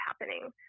happening